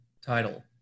title